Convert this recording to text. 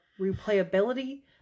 replayability